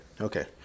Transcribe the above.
Okay